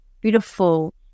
beautiful